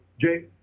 jay